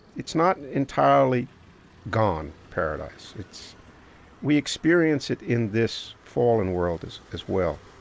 it's not entirely gone, paradise. it's we experience it in this fallen world as as well